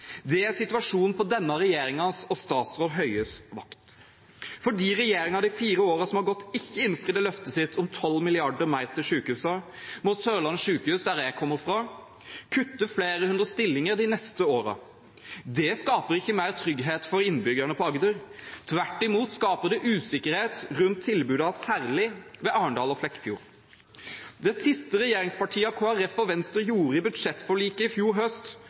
Det er situasjonen på denne regjeringen og statsråd Høies vakt. Fordi regjeringen i de fire årene som har gått, ikke innfridde løftet sitt om 12 mrd. kr mer til sykehusene, må Sørlandet sykehus, som jeg hører til, kutte flere hundre stillinger de neste årene. Det skaper ikke mer trygghet for innbyggerne på Agder. Tvert imot skaper det usikkerhet rundt tilbudene i særlig Arendal og Flekkefjord. Det siste regjeringspartiene, Kristelig Folkeparti og Venstre gjorde i budsjettforliket i fjor høst,